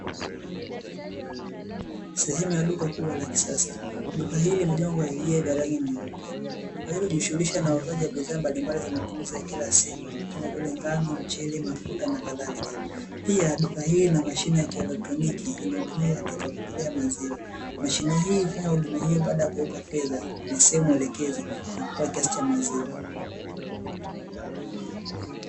Sehemu ya duka kubwa la kisasa, duka hili limejengwa kwa vigae vya rangi nyeupe, duka hili hujihusisha na uuzaji wa bidhaa mbalimbali za matumizi ya kila siku, kama vile: ngano, mchele, mafuta na kadhalika. Pia duka hili lina mashine ya kielektroniki inayotumika katika kutolea maziwa. Mashine hii hufanya huduma hiyo baada ya kuwekwa fedha kwenye sehemu elekezi na kutoa kiasi cha maziwa.